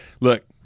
Look